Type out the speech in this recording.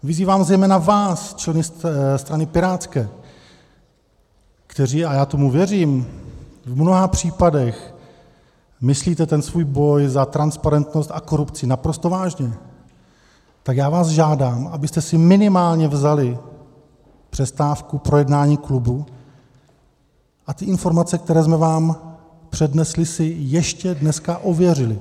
Vyzývám zejména vás, členy strany pirátské, kteří a já tomu věřím v mnoha případech myslíte ten svůj boj za transparentnost a korupci naprosto vážně, tak já vás žádám, abyste si minimálně vzali přestávku pro jednání klubu a informace, které jsme vám přednesli, si ještě dneska ověřili.